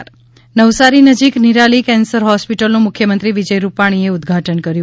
ે નવસારી નજીક નિરાલી કેન્સર હોસ્પીટલનું મુખ્યમંત્રી વિજય રૂપાણીએ ઉઘ્ઘાટન કર્યું